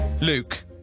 Luke